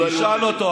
אם נתניהו היה חשוד,